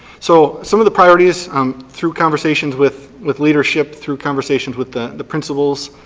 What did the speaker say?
so, some of the priorities um through conversations with with leadership, through conversations with the the principals,